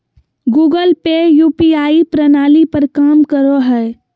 Google Pay UPI प्रणाली पर काम करो हय